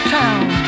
town